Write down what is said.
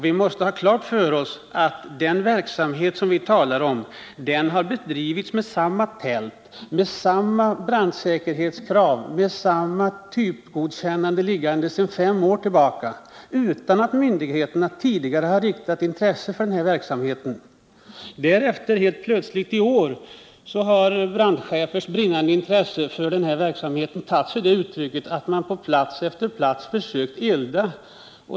Vi måste ha klart för oss att den verksamhet som vi talar om har bedrivits i samma tält, med samma brandsäkerhetskrav, med samma typgodkännande sedan fem år tillbaka — utan att myndigheterna tidigare har intresserat sig för verksamheten. Därefter har helt plötsligt i år brandchefernas brinnande intresse för den här verksamheten tagit sig de uttrycket att man på plats efter plats försökt elda.